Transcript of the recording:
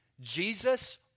Jesus